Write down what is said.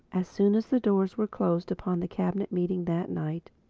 as soon as the doors were closed upon the cabinet meeting that night,